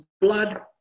blood